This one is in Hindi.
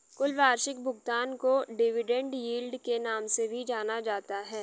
कुल वार्षिक भुगतान को डिविडेन्ड यील्ड के नाम से भी जाना जाता है